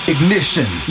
Ignition